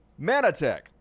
manatech